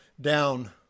down